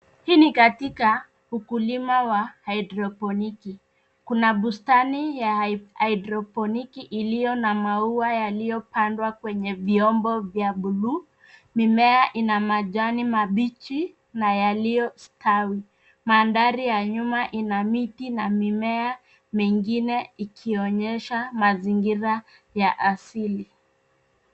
Hii ni katika ukulima wa hidropiniki. Kuna bustani ya hidropiniki iliyo na maua yaliyopandwa kwenye vyombo vya blue . Mimea ina majani mabichi na yaliyostawi. Mandhari ya nyuma ina miti na mimea mengine ikionyesha mazingira ya asili.